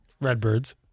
Redbirds